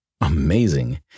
Amazing